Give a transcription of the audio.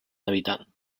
habitant